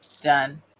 done